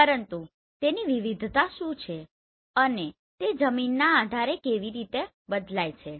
પરંતુ તેની વિવિધતા શું છે અને તે જમીન ના આધારે કેવી રીતે બદલાય છે